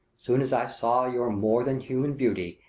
soon as i saw your more than human beauty,